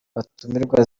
abatumirwa